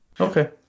Okay